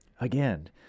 Again